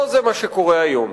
לא זה מה שקורה היום.